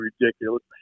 ridiculous